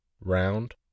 round